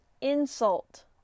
insult